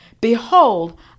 Behold